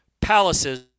palaces